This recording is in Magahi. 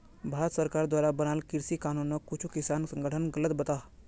भारत सरकार द्वारा बनाल कृषि कानूनोक कुछु किसान संघठन गलत बताहा